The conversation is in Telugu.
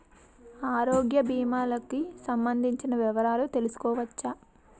ఆరోగ్య భీమాలకి సంబందించిన వివరాలు తెలుసుకోవచ్చా?